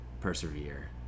persevere